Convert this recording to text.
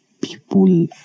people